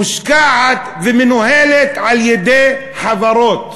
מושקעת ומנוהלת על-ידי חברות.